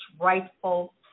rightful